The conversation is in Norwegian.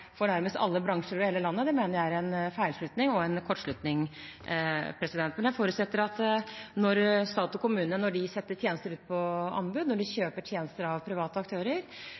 for nærmest alle bransjer over hele landet mener jeg er en feilslutning – og en kortslutning. Jeg forutsetter at når stat og kommune setter tjenester ut på anbud, når de kjøper tjenester av private aktører,